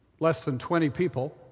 less than twenty people,